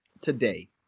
today